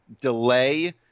delay